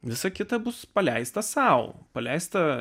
visa kita bus paleista sau paleista